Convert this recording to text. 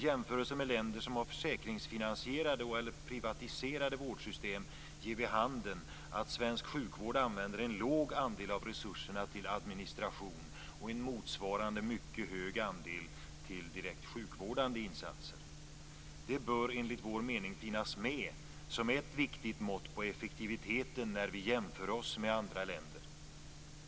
Jämförelser med länder som har försäkringsfinansierade och/eller privatiserade vårdsystem ger vid handen att svensk sjukvård använder en låg andel av resurserna till administration och en motsvarande mycket hög andel till direkt sjukvårdande insatser. Detta bör enligt vår mening finnas med som ett viktigt mått på effektiviteten när vi jämför oss med andra länder.